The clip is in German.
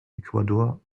ecuador